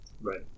right